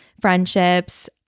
friendships